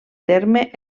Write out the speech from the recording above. terme